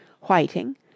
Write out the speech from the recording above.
whiting